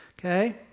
Okay